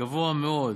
גבוה מאוד,